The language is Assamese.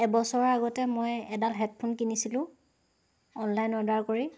এবছৰৰ আগতে মই এডাল হেডফোন কিনিছিলোঁ অনলাইন অৰ্ডাৰ কৰি